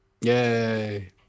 Yay